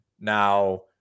Now